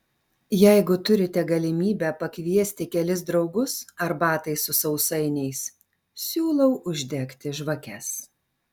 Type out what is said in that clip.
jeigu turite galimybę pakviesti kelis draugus arbatai su sausainiais siūlau uždegti žvakes